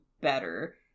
better